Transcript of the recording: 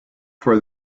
for